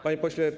Panie Pośle!